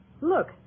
Look